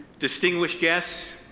distinguished guests,